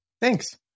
Thanks